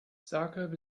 zagreb